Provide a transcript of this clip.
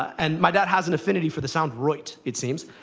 and my dad has an affinity for the sound, roit, it seems.